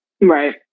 right